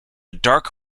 dark